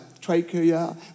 trachea